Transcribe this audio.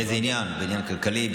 באיזה עניין, בעניין כלכלי?